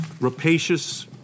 rapacious